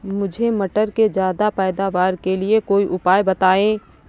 मुझे मटर के ज्यादा पैदावार के लिए कोई उपाय बताए?